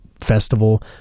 Festival